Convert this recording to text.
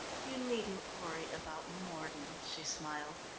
you needn't worry about mordon, she smiled.